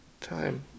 time